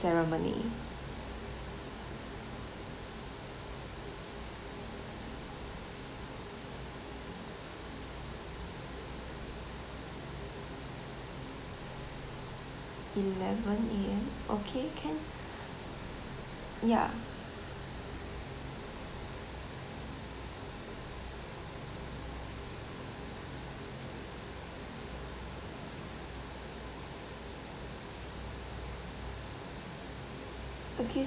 ceremony eleven A_M okay can ya okay